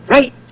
Right